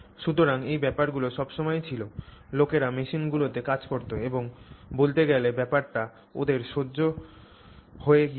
সুতরাং এই ব্যাপারগুলি সবসময় ছিল লোকেরা মেশিনগুলিতে কাজ করত এবং বলতে গেলে ব্যাপারটা ওদের সহ্য হয়ে গিয়েছিল